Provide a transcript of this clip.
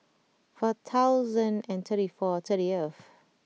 four thousand and thirty four thirtieth